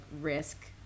risk